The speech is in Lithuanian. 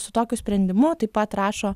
su tokiu sprendimu taip pat rašo